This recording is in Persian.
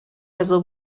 غذا